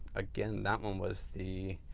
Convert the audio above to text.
again, that one was the